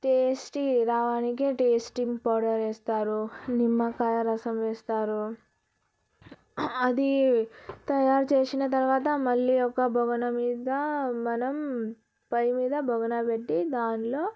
tasty రావడానికి tasting powder వేస్తారు నిమ్మకాయ రసం వేస్తారు అది తయారు చేసిన తర్వాత మళ్ళీ ఒక బొగన మీద మనం పొయ్యి మీద బొగన పెట్టి దానిలో